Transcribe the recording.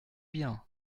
bien